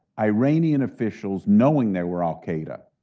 iranian officials, knowing they were al-qaeda,